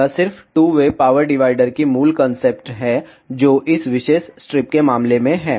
यह सिर्फ two way power divider की मूल कंसेप्ट है जो इस विशेष स्ट्रिप के मामले में है